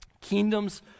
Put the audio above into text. kingdoms